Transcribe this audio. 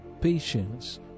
patience